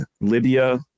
Libya